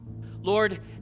Lord